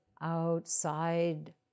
outside